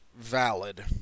valid